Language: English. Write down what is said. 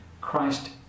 Christ